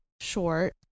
short